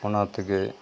ᱚᱱᱟ ᱛᱮᱜᱮ